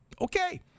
Okay